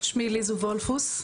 שמי ליזו וולפוס,